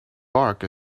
bark